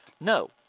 No